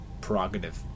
prerogative